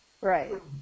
Right